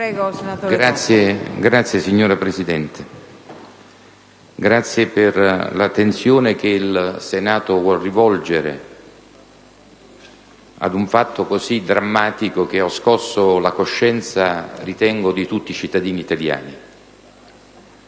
ringrazio, signora Presidente, per l'attenzione che il Senato vuole rivolgere ad un fatto così drammatico che ritengo abbia scosso la coscienza di tutti i cittadini italiani.